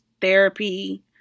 therapy